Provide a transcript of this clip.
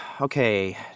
Okay